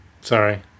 Sorry